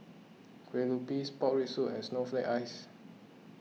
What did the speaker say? Kue Lupis Pork Rib Soup and Snowflake Ice